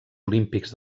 olímpics